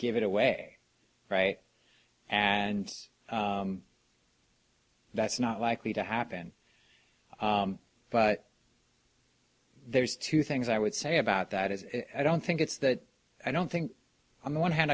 give it away right and that's not likely to happen but there's two things i would say about that is i don't think it's that i don't think i'm the one hand